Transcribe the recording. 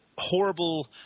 Horrible